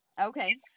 Okay